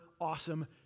awesome